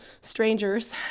strangers